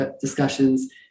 discussions